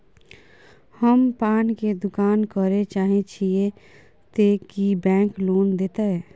हम पान के दुकान करे चाहे छिये ते की बैंक लोन देतै?